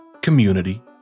community